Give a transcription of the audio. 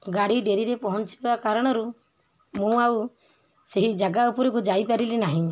ଗାଡ଼ି ଡେରିରେ ପହଞ୍ଚିବା କାରଣରୁ ମୁଁ ଆଉ ସେହି ଜାଗା ଉପରକୁ ଯାଇପାରିଲି ନାହିଁ